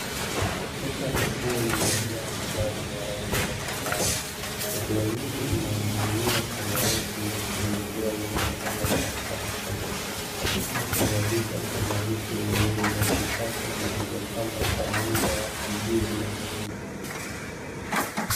Duka la nguo lilojaa mavazi ya rangi mbalimbali. Nguo nyingi zinang'ingi'nia kwenye reki ndefu zikiwa zimepangwa kwa utaratibu. Katikati ya duka kuna viti viwili vya kisasa vilivyopangwa kwa muundo wa kijivu na nyeusi.